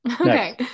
Okay